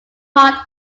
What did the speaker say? part